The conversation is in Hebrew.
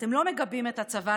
אתם לא מגבים את הצבא,